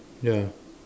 ya